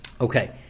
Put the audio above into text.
Okay